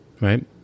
Right